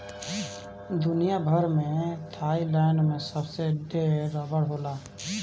दुनिया भर में थाईलैंड में सबसे ढेर रबड़ होला